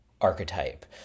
Archetype